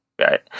Right